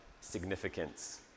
significance